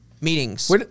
meetings